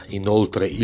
inoltre